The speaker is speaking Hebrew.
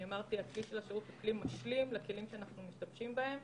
הכלי של השירות הוא כלי משלים לכלים שאנחנו משתמשים בהם.